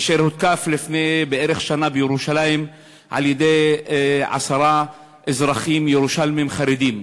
אשר הותקף לפני בערך שנה בירושלים על-ידי עשרה אזרחים ירושלמים חרדים,